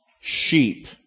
sheep